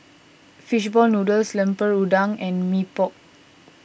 Fish Ball Noodles Lemper Udang and Mee Pok